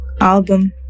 album